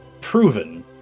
Proven